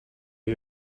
you